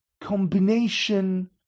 combination